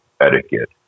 etiquette